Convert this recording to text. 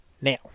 Now